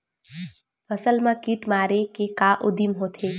फसल मा कीट मारे के का उदिम होथे?